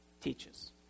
teaches